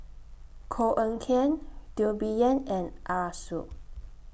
Koh Eng Kian Teo Bee Yen and Arasu